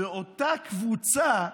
ואותה קבוצה,